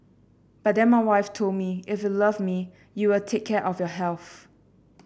but then my wife told me if you love me you will take care of your health